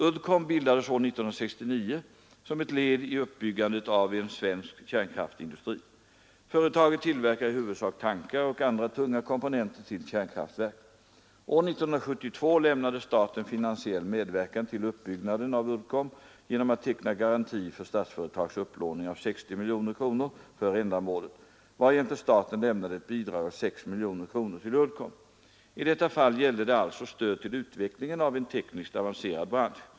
Uddcomb bildades år 1969 som ett led i uppbyggandet av en svensk kärnkraftindustri. Företaget tillverkar i huvudsak tankar och andra tunga komponenter till kärnkraftverk. År 1972 lämnade staten finansiell medverkan till uppbyggnaden av Uddcomb genom att teckna garanti för Statsföretags upplåning av 60 miljoner kronor för ändamålet, varjämte staten lämnade ett bidrag av 6 miljoner kronor till Uddcomb. I detta fall gällde det alltså stöd till utvecklingen av en tekniskt avancerad bransch.